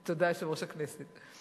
תודה, יושב-ראש הכנסת.